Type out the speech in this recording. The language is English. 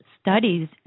studies